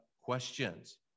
questions